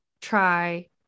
try